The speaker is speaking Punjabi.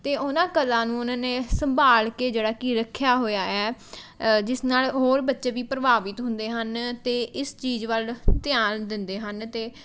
ਅਤੇ ਉਹਨਾਂ ਕਲਾ ਨੂੰ ਉਹਨਾਂ ਨੇ ਸੰਭਾਲ਼ ਕੇ ਜਿਹੜਾ ਕਿ ਰੱਖਿਆ ਹੋਇਆ ਹੈ ਜਿਸ ਨਾਲ਼ ਹੋਰ ਬੱਚੇ ਵੀ ਪ੍ਰਭਾਵਿਤ ਹੁੰਦੇ ਹਨ ਅਤੇ ਇਸ ਚੀਜ਼ ਵੱਲ ਧਿਆਨ ਦਿੰਦੇ ਹਨ ਅਤੇ